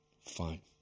fine